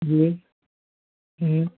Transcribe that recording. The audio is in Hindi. जी